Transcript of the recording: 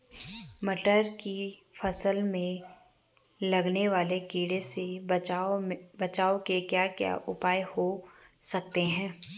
मटर की फसल में लगने वाले कीड़ों से बचाव के क्या क्या उपाय हो सकते हैं?